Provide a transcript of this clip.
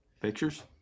Pictures